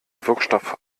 wirkstoff